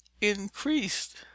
increased